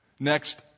Next